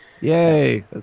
Yay